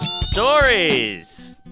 Stories